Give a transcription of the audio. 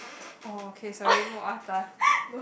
oh okay sorry more atas